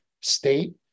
state